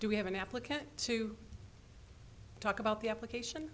do we have an applicant to talk about the application